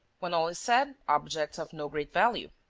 when all is said, objects of no great value.